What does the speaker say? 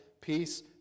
peace